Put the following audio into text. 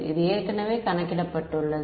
இது ஏற்கனவே கணக்கிடப்பட்டுள்ளது